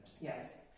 Yes